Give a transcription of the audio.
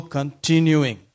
continuing